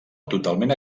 totalment